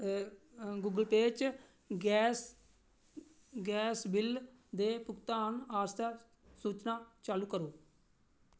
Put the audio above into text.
Google Pay च gas bill दे भुगतान आस्तै सूचनां चालू करो